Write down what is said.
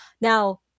Now